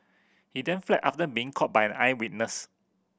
he then fled after being caught by an eyewitness